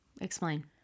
Explain